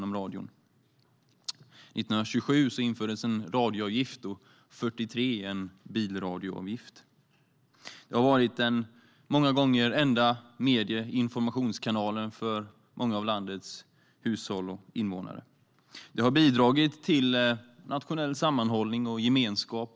År 1927 infördes en radioavgift och 1943 en bilradioavgift. Det var många gånger den enda mediekanalen för många av landets hushåll och invånare och har bidragit till nationell sammanhållning och gemenskap.